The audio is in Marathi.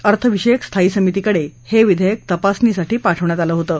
अर्थ विषयक स्थायी समितीकडे हे विधेयक तपासणीसाठी पाठवण्यात आलं होतं